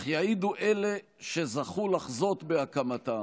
אך יעידו אלה שזכו לחזות בהקמתה